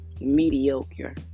mediocre